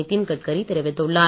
நிதின் கட்கரி தெரிவித்துள்ளார்